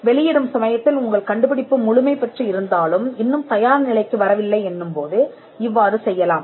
வெளியிடும் சமயத்தில் உங்கள் கண்டுபிடிப்பு முழுமை பெற்று இருந்தாலும்இன்னும் தயார் நிலைக்கு வரவில்லை என்னும் போது இவ்வாறு செய்யலாம்